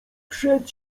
przed